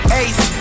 ace